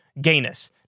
gayness